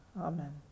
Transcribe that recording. Amen